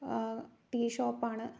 tea shop ആണ്